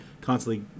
constantly